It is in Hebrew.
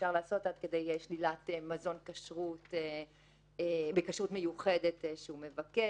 שאפשר לעשות עד כדי שלילת מזון בכשרות מיוחדת שהוא מבקש,